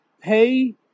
Pay